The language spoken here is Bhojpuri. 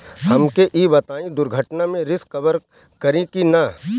हमके ई बताईं दुर्घटना में रिस्क कभर करी कि ना?